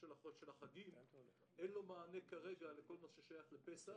של החגים אין לו מענה כרגע בכל הקשור לפסח